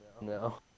No